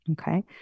Okay